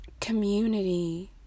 community